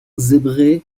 zébré